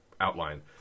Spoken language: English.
outline